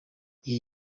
iyi